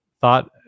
thought